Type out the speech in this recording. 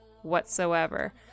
Whatsoever